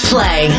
Play